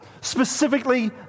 specifically